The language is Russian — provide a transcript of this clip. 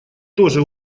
тоже